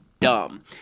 dumb